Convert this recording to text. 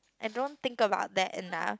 I don't think about that end up